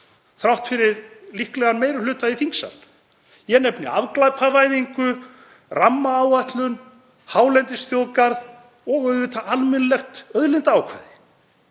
þrátt fyrir líklegan meiri hluta í þingsal. Ég nefni afglæpavæðingu, rammaáætlun, hálendisþjóðgarð og auðvitað almennilegt auðlindaákvæði.